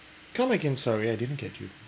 come again sorry I didn't get you